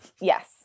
Yes